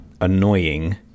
annoying